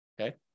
Okay